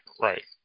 right